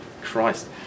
Christ